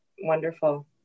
wonderful